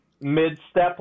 mid-step